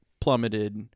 plummeted